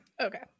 Okay